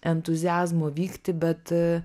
entuziazmo vykti bet